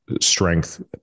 strength